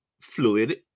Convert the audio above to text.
fluid